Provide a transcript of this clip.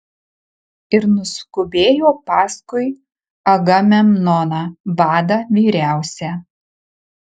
ir nuskubėjo paskui agamemnoną vadą vyriausią